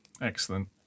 Excellent